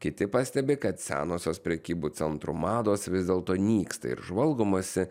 kiti pastebi kad senosios prekybų centrų mados vis dėlto nyksta ir žvalgomasi